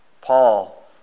Paul